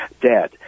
dead